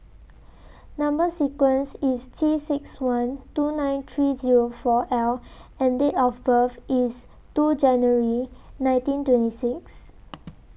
Number sequence IS T six one two nine three Zero four L and Date of birth IS two January nineteen twenty six